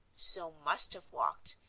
so must have walked,